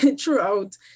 throughout